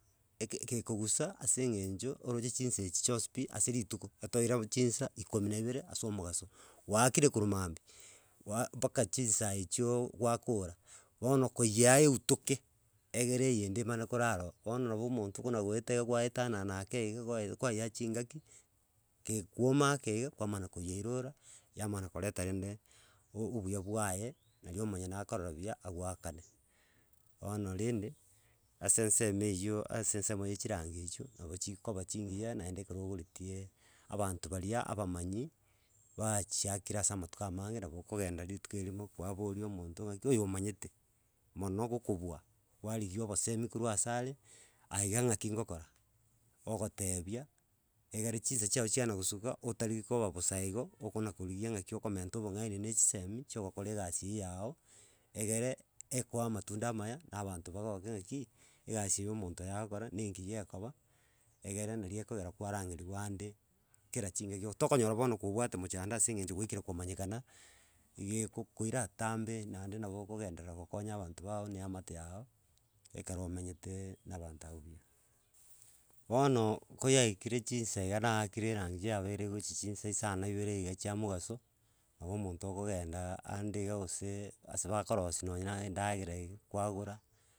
Eke kekogusa ase eng'encho oroche chinsa echi chionsi pi, ase rituko, atoira chinsa ikomi na ibere ase omogaso. Gwaakire korwa mambia, wa baka chinsa echio gwakora, bono koyea eutoke, egere eyende emane korara oo. Bono nabo omonto buna goeta iga gwaetanana ake iga goe kwayea chingaki, gekwoma ake iga, kwamana koyeirora, yamana koreta rende, obu obuya bwaye, naria omonyene akorora buya agoakane. Bono rende, ase ensemo eywo ase ensemo ya chirangi echio nabo chikoba chingiya naende ekero ogoretieee abanto baria abamanyi bachiakera ase amatuko amange nabo okongenda rituko erimo kwaboria omonto ng'aki oyo omanyete mono gokobua, kwarigia obosemi korwa ase are aiga ng'aki ngokora, ogotebia, egere chinsa chiago chiana gosuka, otari koba bosa igo okona korigia ng'aki okomenta obong'aini na echisemi chia ogokora egasi eywo yago, egere ekoe amatunda amaya na abanto bagoke naki, egasi ya omonto oyo agokora na engiya ekoba, egere nari ekogera kwarangeri bande kera chingaki, tokonyora bono kobwate mochando ase eng'encho gwaikire komanyekana, gekokoira atambe naende nabo okogenderera gokonya abanto bago na eamate yago, ekero omenyetee na abanto abwo buya. Bono, ko yaikire chinsa iga naakire erangi yabeire gochi chinsa isano na ibere iga chia mogaso, nabo omonto okogenda ande iga goseee ase bakorosia nonye na endagera iga, kwagora.